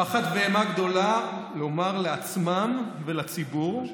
פחד ואימה גדולה לומר לעצמם ולציבור,